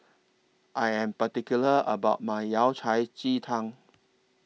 I Am particular about My Yao Cai Ji Tang